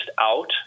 out